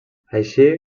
així